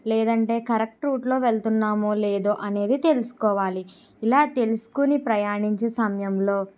లేదంటే కరెక్ట్ రూట్లో వెళ్తున్నామో లేదో అనేది తెలుసుకోవాలి ఇలా తెలుసుకుని ప్రయాణించే సమయంలో